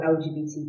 LGBT